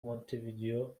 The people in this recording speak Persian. مونتهویدئو